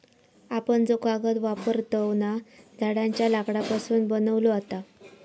आपण जो कागद वापरतव ना, झाडांच्या लाकडापासून बनवलो जाता